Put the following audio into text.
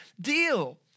deal